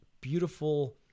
beautiful